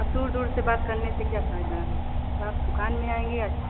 अब दूर दूर से बात करने से क्या फायदा है जब आप दुकान में आएंगे